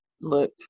look